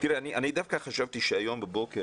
אני דווקא חשבתי שהיום בבוקר,